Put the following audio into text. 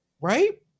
right